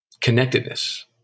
connectedness